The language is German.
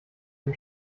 dem